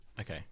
Okay